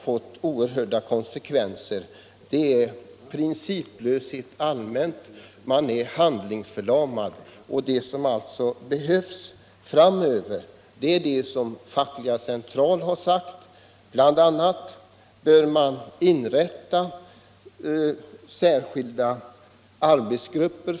Det är en allmän principlöshet, man är handlingsförlamad. Vad som behövs framöver är bl.a. vad Fackliga centralorganisationen har föreslagit, nämligen inrättandet av särskilda arbetsgrupper.